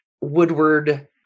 Woodward